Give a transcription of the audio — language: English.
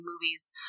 movies